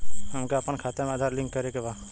हमके अपना खाता में आधार लिंक करें के बा?